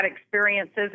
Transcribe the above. experiences